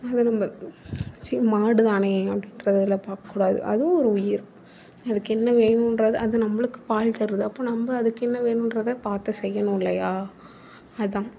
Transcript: அதை நம்ம சரி மாடு தானே அப்படின்றதுலாம் பார்க்ககூடாது அதுவும் ஒரு உயிர் அதுக்கு என்ன வேணுங்றத அது நம்மளுக்கு பால் தருது அப்போ நம்ம அதுக்கு என்ன வேணுங்றத பார்த்து செய்யணும் இல்லையா அதுதான்